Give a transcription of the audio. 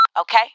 okay